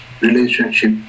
Relationship